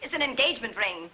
it's an engagement ring